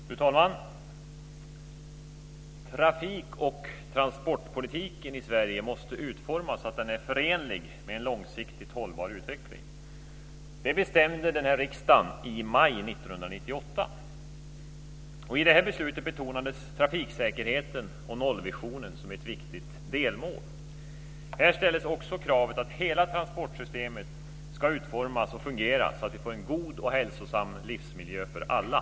Fru talman! Trafik och transportpolitiken i Sverige måste utformas så att den är förenlig med en långsiktigt hållbar utveckling. Det bestämde riksdagen i maj 1998. I beslutet betonades trafiksäkerheten och nollvisionen som ett viktigt delmål. Här ställdes också kravet att hela transportsystemet ska utformas och fungera så att vi får en god och hälsosam livsmiljö för alla.